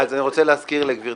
אני רוצה להזכיר לגברתי,